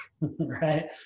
right